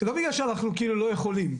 לא בגלל שאנחנו כאילו לא יכולים.